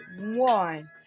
one